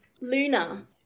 Luna